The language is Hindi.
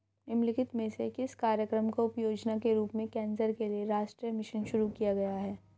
निम्नलिखित में से किस कार्यक्रम को उपयोजना के रूप में कैंसर के लिए राष्ट्रीय मिशन शुरू किया गया है?